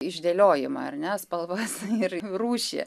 išdėliojimą ar ne spalvas ir rūšį